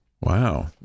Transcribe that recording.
wow